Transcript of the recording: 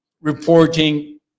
reporting